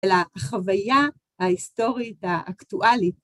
לחוויה ההיסטורית האקטואלית.